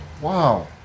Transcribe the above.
Wow